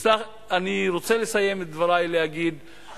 אני רוצה לסיים את דברי ולהגיד,